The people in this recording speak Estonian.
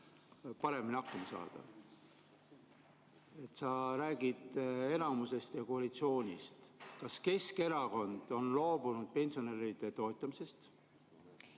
paremini hakkama saada. Sa räägid enamusest ja koalitsioonist. Kas Keskerakond on loobunud pensionäride toetamisest?